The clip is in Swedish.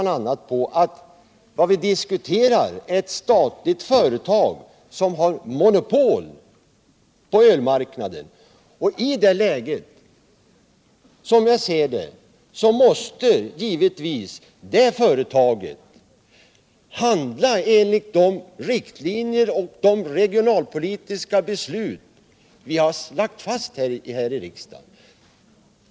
Det vi diskuterar är ju ett statligt företag som har monopol på ölmarknaden. I det läget måste, som jag ser det, givetvis det företaget handla enligt de riktlinjer som riksdagen lagt fast och enligt de regionalpolitiska beslut som riksdagen har fattat.